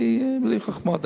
בלי חוכמות.